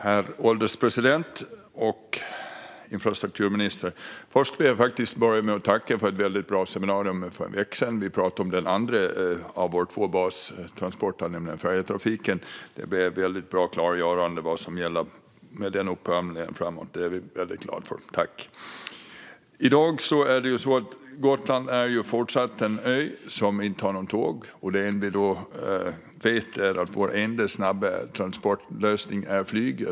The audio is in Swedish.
Herr ålderspresident! Infrastrukturministern! Jag vill börja med att tacka för ett väldigt bra seminarium för en vecka sedan. Vi pratade om den andra av våra två bastransporter, nämligen färjetrafiken. Det blev väldigt bra klargöranden om vad som gäller för den upphandlingen framöver. Detta är vi glada för. Gotland är fortsatt en ö som inte har några tåg. Vår enda snabbtransportlösning är flyg.